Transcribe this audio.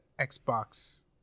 Xbox